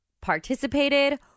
participated